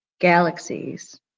galaxies